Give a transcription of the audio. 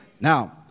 Now